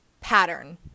pattern